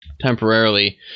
temporarily